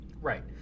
Right